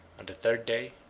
on the third day,